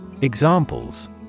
Examples